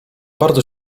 bardzo